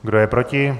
Kdo je proti?